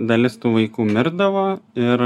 dalis tų vaikų mirdavo ir